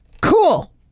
Cool